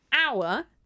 hour